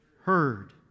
heard